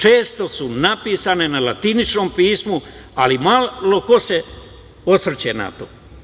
Često su napisane na latiničnom pismu, ali malo ko se osvrće na to.